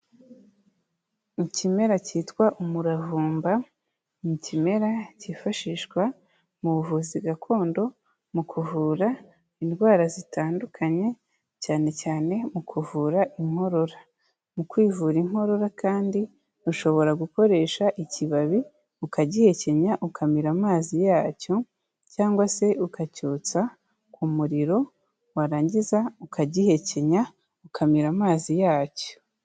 Ikimera cyitwa umuravumba ni ikimera cyifashishwa mu buvuzi gakondo mu kuvura indwara zitandukanye cyane cyane mu kuvura inkorora, mu kwivura inkorora kandi ushobora gukoresha ikibabi ukagihekenya ukamira amazi yacyo cyangwa se ukacyotsa ku muriro warangiza ukagihekenya, ukamira amazi yacyo.